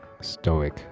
stoic